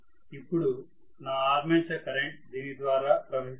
ఇప్పుడు నా armature current దీని ద్వారా ప్రవహిస్తుంది